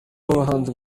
bahanzi